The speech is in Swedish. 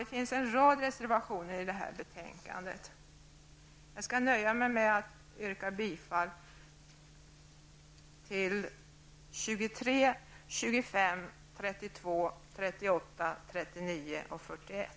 Det finns en rad reservationer till betänkandet, men jag nöjer mig med att yrka bifall till nr 23, 25, 32, 38, 39 och 41.